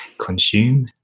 consume